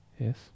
Yes